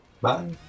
bye